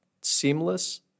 seamless